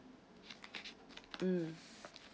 mm